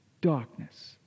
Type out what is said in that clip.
Darkness